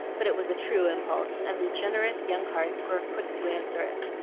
but it was a true impulse, and the generous young hearts were quick to answer it.